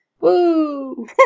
Woo